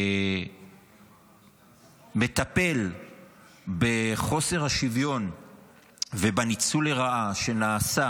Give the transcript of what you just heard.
מטפל בחוסר השוויון ובניצול לרעה שנעשה